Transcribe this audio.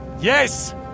Yes